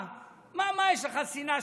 יש לך שנאה?